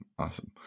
Awesome